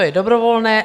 Je dobrovolné.